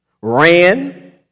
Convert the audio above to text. ran